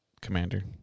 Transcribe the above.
Commander